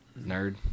Nerd